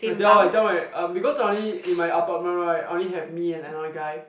I'll tell I'll tell my um because I only in my apartment right I only have me and another guy